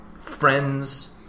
friends